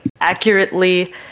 accurately